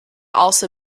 also